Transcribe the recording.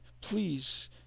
please